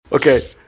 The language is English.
Okay